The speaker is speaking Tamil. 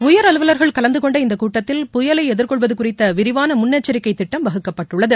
உயர் அலுவலர்கள் கலந்து கொண்ட இந்தக் கூட்டத்தில் புயலை எதிர்கொள்வது குறித்த விரிவான முன்னெச்சரிக்கை திட்டம் வகுக்கப்பட்டுள்ளது